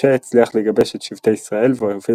משה הצליח לגבש את שבטי ישראל והוביל